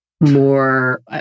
more